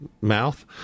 mouth